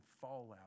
fallout